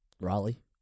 Raleigh